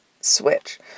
switch